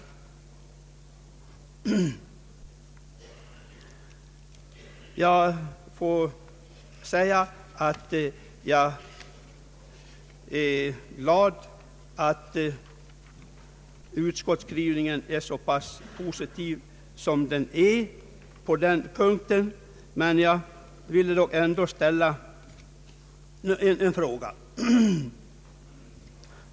Jag är glad över att utskottets skrivning är så pass positiv som den är på den här punkten, men jag vill ändå ställa en fråga.